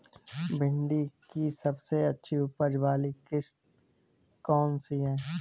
भिंडी की सबसे अच्छी उपज वाली किश्त कौन सी है?